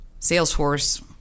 Salesforce